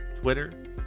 Twitter